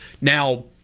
Now –